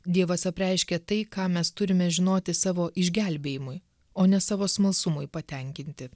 dievas apreiškė tai ką mes turime žinoti savo išgelbėjimui o ne savo smalsumui patenkinti